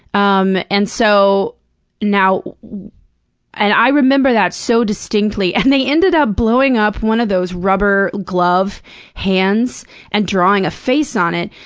um and so now and i remember that so distinctly. and they ended up blowing up one of those rubber glove hands and drawing a face on it,